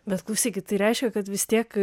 bet klausykit tai reiškia kad vis tiek